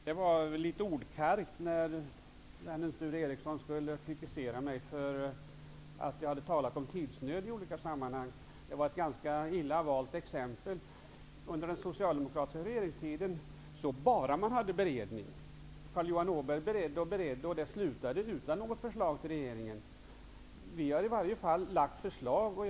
Fru talman! Det var väl litet ordkargt när Sture Ericson skulle kritisera mig för att jag hade talat om tidsnöd i olika sammanhang. Det var ett ganska illa valt exempel. Under den socialdemokratiska regeringstiden förekom det enbart beredning. Carl Johan Åberg beredde och beredde, och det slutade utan något förslag till regeringen. Vi har i alla fall lagt fram förslag.